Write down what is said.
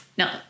No